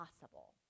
possible